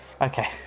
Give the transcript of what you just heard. okay